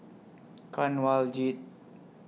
Kanwaljit